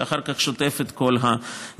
שאחר כך שוטפים את כל הנחל.